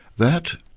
that,